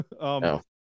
No